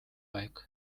aeg